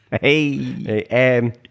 Hey